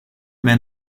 men